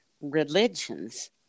religions